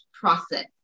process